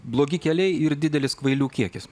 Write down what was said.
blogi keliai ir didelis kvailių kiekis